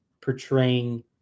portraying